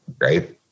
right